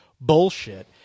bullshit